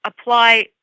apply